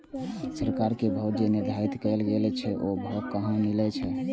सरकार के भाव जे निर्धारित कायल गेल छै ओ भाव कहाँ मिले छै?